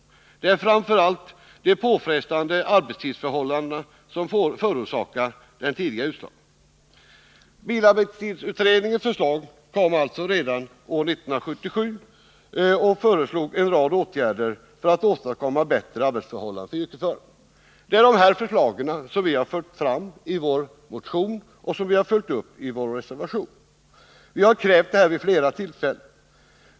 Det är framför allt de påfrestande arbetstidsförhållandena som förorsakar den tidiga utslagningen. Bilarbetstidsutredningen föreslog alltså redan år 1977 en rad åtgärder för att åstadkomma bättre arbetsförhållanden för yrkesförarna. Det är den utredningens förslag som vi socialdemokrater vid flera tillfällen har fört fram i motioner och som vi nu har följt upp i vår reservation.